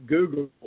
Google